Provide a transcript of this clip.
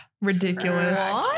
Ridiculous